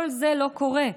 כל זה לא קורה,